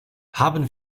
haben